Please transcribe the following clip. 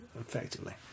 effectively